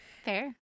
fair